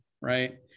right